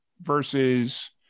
versus